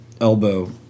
elbow